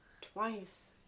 twice